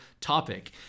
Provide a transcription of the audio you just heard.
topic